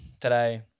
today